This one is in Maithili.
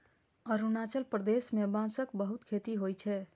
अरुणाचल प्रदेश मे बांसक बहुत खेती होइ छै